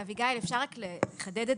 אני רוצה לחדד.